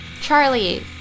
Charlie